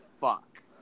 Fuck